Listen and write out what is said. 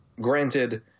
granted